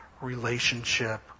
relationship